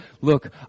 Look